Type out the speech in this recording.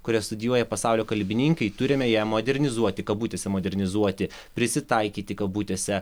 kurią studijuoja pasaulio kalbininkai turime ją modernizuoti kabutėse modernizuoti prisitaikyti kabutėse